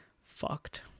fucked